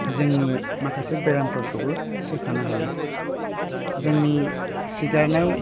जोंनि माखासे बेरामफोरखौबो सोखानो हायो जोंनि सिगारनाय